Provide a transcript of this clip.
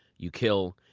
you kill,